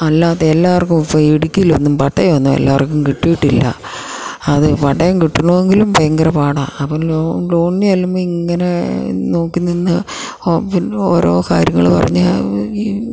അല്ലാത്ത എല്ലാവർക്കും ഇപ്പോള് ഇടുക്കിയിലൊന്നും പട്ടയമൊന്നും എല്ലാവർക്കും കിട്ടിയിട്ടില്ല അത് പട്ടയം കിട്ടണമെങ്കിലും ഭയങ്കരം പാടാണ് അപ്പോള് ലോണിന് ചെല്ലുമ്പോള് ഇങ്ങനെ നോക്കി നിന്ന് ഓ പിന്നെ ഓരോ കാര്യങ്ങള് പറഞ്ഞ് ഈ